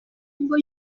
ubwo